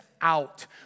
out